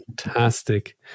fantastic